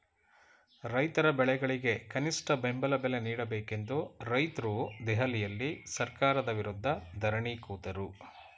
ರೈತರ ಬೆಳೆಗಳಿಗೆ ಕನಿಷ್ಠ ಬೆಂಬಲ ಬೆಲೆ ನೀಡಬೇಕೆಂದು ರೈತ್ರು ದೆಹಲಿಯಲ್ಲಿ ಸರ್ಕಾರದ ವಿರುದ್ಧ ಧರಣಿ ಕೂತರು